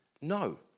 no